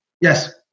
Yes